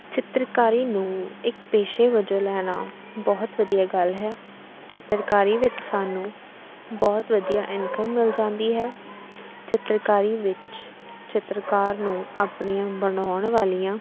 ਚਿੱਤਰਕਾਰੀ ਨੂੰ ਇੱਕ ਪੇਸ਼ੇ ਵਜੋਂ ਲੈਣਾ ਬਹੁਤ ਵਧੀਆ ਗੱਲ ਹੈ ਚਿੱਤਰਕਾਰੀ ਵਿੱਚ ਸਾਨੂੰ ਬਹੁਤ ਵਧੀਆ ਇਨਕਮ ਮਿਲ ਜਾਂਦੀ ਹੈ ਚਿੱਤਰਕਾਰੀ ਵਿੱਚ ਚਿੱਤਰਕਾਰ ਨੂੰ ਆਪਣੀਆਂ ਬਣਾਉਣ ਵਾਲੀਆਂ